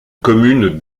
commune